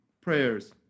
prayers